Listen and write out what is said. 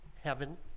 heaven